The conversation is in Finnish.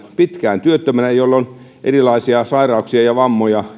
pitkään työttömänä ja jolla on erilaisia sairauksia ja vammoja